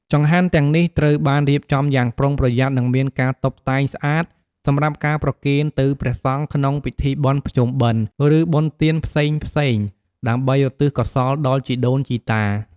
ចង្ហាន់ទាំងនេះត្រូវបានរៀបចំយ៉ាងប្រុងប្រយ័ត្ន និងមានការតុបតែងស្អាតសម្រាប់ការប្រគេនទៅព្រះសង្ឃក្នុងពិធីបុណ្យភ្ជុំបិណ្ឌ ឬបុណ្យទានផ្សេងៗ ដើម្បីឧទ្ទិសកោសលដល់ជីដូនជីតា។